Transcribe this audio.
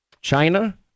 China